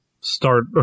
start